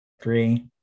Three